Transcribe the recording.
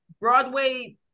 Broadway